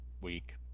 week